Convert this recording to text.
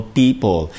people